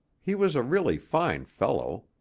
he was a really fine fellow.